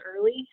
early